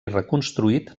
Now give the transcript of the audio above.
reconstruït